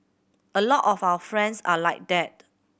a lot of our friends are like that